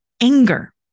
anger